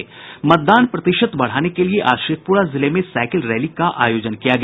मतदान प्रतिशत बढ़ाने के लिए आज शेखपुरा जिले में साइकिल रैली का आयोजन किया गया